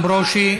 איתן ברושי.